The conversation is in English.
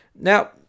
Now